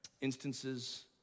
instances